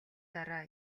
дараа